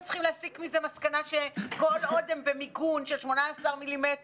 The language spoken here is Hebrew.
צריכים להסיק מזה מסקנה שכל עוד הם במיגון של 18 מילימטרים,